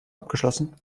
abgeschlossen